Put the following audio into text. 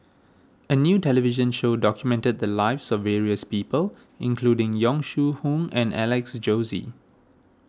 a new television show documented the lives of various people including Yong Shu Hoong and Alex Josey